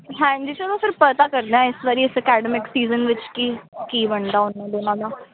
ਹਾਂਜੀ ਚਲੋ ਫ਼ਿਰ ਪਤਾ ਕਰਨਾ ਇਸ ਵਾਰੀ ਇਸ ਅਕੈਡਮਿਕ ਸੀਜ਼ਨ ਦੇ ਵਿੱਚ ਕੀ ਕੀ ਬਣਦਾ ਉਨ੍ਹਾਂ ਦੋਨਾਂ ਦਾ